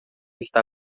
está